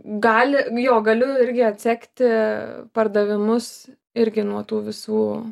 gali jo galiu irgi atsekti pardavimus irgi nuo tų visų